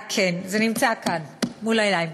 כן, זה נמצא כאן מול העיניים.